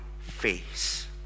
face